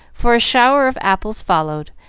for a shower of apples followed,